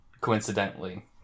Coincidentally